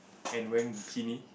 and wear bikini